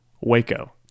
waco